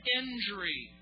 injury